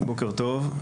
בוקר טוב,